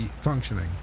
functioning